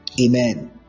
Amen